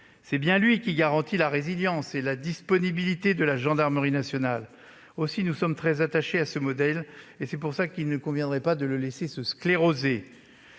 C'est bien lui qui garantit la résilience et la disponibilité de la gendarmerie nationale. Aussi, nous sommes très attachés à ce modèle. C'est pourquoi il ne faut en aucun cas le laisser se scléroser.